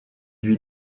lui